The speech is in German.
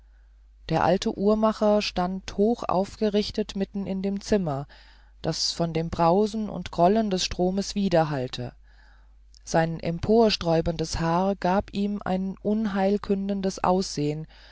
der alte uhrmacher stand hoch aufgerichtet mitten in dem zimmer das von dem brausen und grollen des stromes wiederhallte sein emporsträubendes haar gab ihm ein unheilkündendes